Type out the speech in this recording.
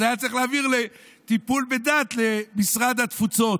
אז היה צריך להעביר את הטיפול בדת למשרד התפוצות.